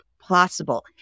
Possible